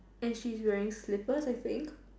and she's wearing slippers I think